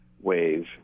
wave